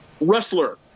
wrestler